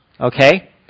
okay